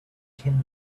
ken